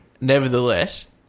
Nevertheless